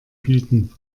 bieten